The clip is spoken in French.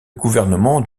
gouvernement